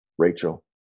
Rachel